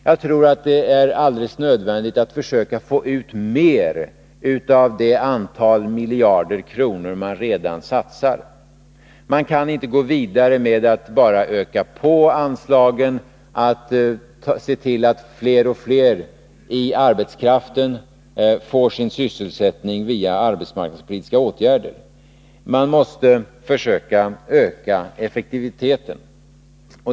Jag tror att det är alldeles nödvändigt att försöka få ut mer av det antal miljarder kronor man redan satsar. Man kan inte gå vidare med att bara öka på anslagen, att se till att fler och fler i arbetskraften får sin sysselsättning via arbetsmarknadspolitiska åtgärder. Man måste försöka öka effektiviteten.